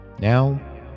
Now